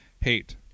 hate